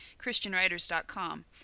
christianwriters.com